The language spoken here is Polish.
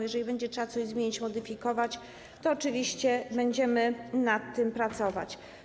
Jeżeli będzie trzeba coś zmienić, modyfikować, to oczywiście będziemy nad tym pracować.